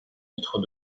titre